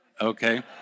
Okay